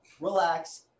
relax